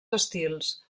estils